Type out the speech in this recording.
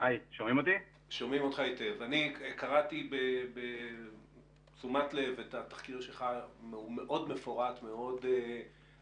אני קראתי בתשומת לב את התחקיר שלך שהוא מאוד מפורט ומאוד ממוסמך.